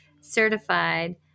certified